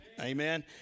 Amen